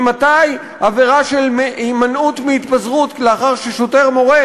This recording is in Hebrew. ממתי עבירה של הימנעות מהתפזרות לאחר ששוטר מורה,